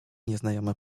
nieznajomy